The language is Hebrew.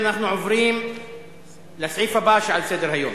אנחנו עוברים לסעיף הבא על סדר-היום: